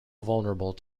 vulnerable